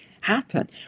happen